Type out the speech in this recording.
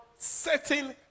setting